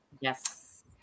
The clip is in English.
yes